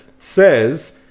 says